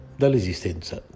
dall'esistenza